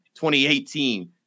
2018